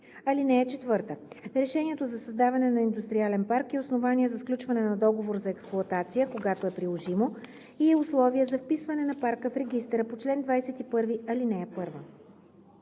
закон. (4) Решението за създаване на индустриален парк е основание за сключване на договор за експлоатация – когато е приложимо, и е условие за вписване на парка в регистъра по чл. 21, ал.